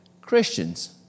Christians